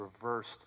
reversed